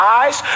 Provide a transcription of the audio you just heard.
eyes